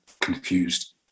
confused